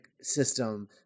system